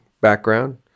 background